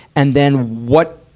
and then what,